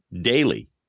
daily